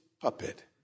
puppet